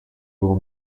will